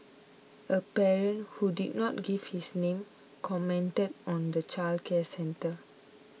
a parent who did not give his name commented on the childcare centre